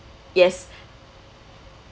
yes